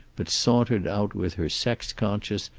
but sauntered out with her sex-conscious,